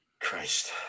Christ